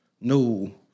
No